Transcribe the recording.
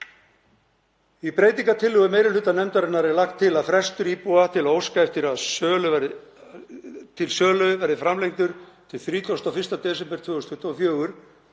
Í breytingartillögum meiri hluta nefndarinnar er lagt til að frestur íbúa til að óska eftir sölu verði framlengdur til 31. desember 2024